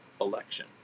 election